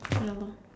ya lor